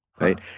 Right